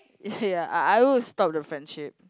ya I would stop the friendship